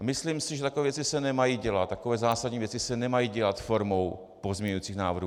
Myslím si, že takové věci se nemají dělat, takové zásadní věci se nemají dělat formou pozměňujících návrhů.